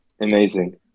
Amazing